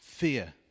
Fear